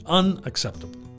unacceptable